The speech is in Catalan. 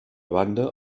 banda